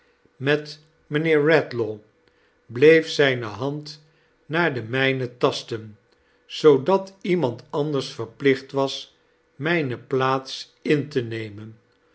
met mijnheex redlaw bleef zijne hand naar de bjijne tasten aoodat iemand anders verplicht was mijne plaats in te nemen